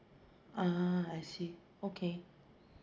ah I see okay